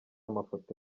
mafoto